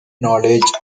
knowledge